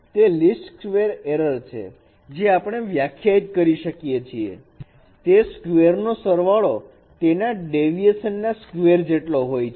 તે least square error છે જે આપણે વ્યાખ્યાયિત કરી છેતે સ્ક્વેર નો સરવાળો તેના ડેવિએશન ના સ્ક્વેર જેટલો હોય